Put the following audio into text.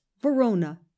Verona